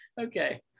Okay